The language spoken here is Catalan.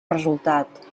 resultat